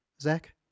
zach